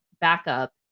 backup